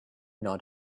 not